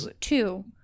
two